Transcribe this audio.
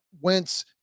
Wentz